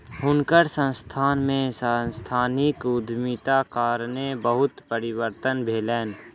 हुनकर संस्थान में सांस्थानिक उद्यमिताक कारणेँ बहुत परिवर्तन भेलैन